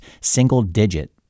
single-digit